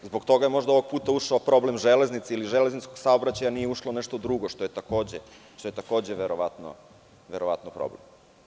Zbog toga je ovog puta ušao problem železnice ili železničkog saobraćaja, nije ušlo nešto drugo što je takođe verovatno problem.